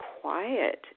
quiet